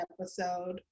episode